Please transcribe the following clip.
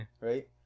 Right